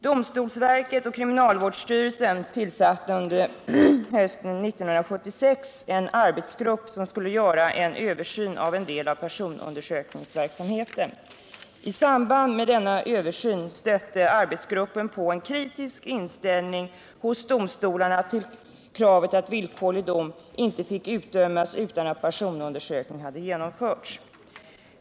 Domstolsverket och kriminalvårdsstyrelsen tillsatte hösten 1976 en arbetsgrupp med uppgift att göra en översyn av en del av personundersökningsverksamheten. I samband med denna översyn stötte arbetsgruppen på en kritisk inställning hos domstolarna till kravet att villkorlig dom inte fick utdömas utan att personundersökning hade genomförts.